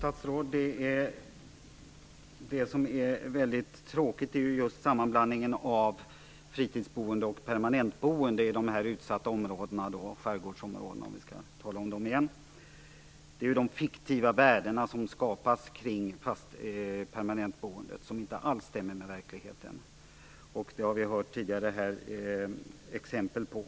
Fru talman! Det som är väldigt tråkigt, herr statsråd, är just sammanblandningen av fritidsboende och permanentboende i de här utsatta områdena, t.ex. skärgårdsområdena. Det är de fiktiva värdena som skapas kring permanentboendet, som inte alls stämmer med verkligheten. Det har vi tidigare hört exempel på.